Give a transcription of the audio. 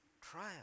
trial